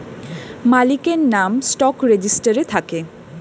মালিকের নাম স্টক রেজিস্টারে থাকে